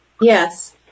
Yes